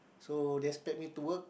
so they expect me to work